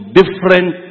different